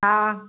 हा